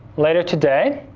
later today.